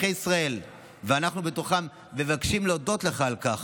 אזרחי ישראל ואנחנו בתוכם מבקשים להודות לך על כך,